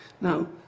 Now